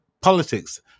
politics